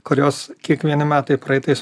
kurios kiekvieni metai praeitais